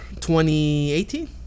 2018